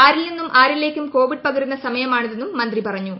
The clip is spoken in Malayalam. ആരിൽ നിന്നും ആരിലേക്കും കോവിഡ് പകരുന്ന സമയമാണിതെന്നും മന്ത്രി പറഞ്ഞു